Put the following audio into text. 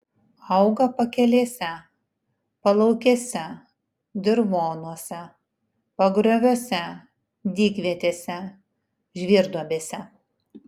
auga pakelėse palaukėse dirvonuose pagrioviuose dykvietėse žvyrduobėse